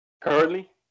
Currently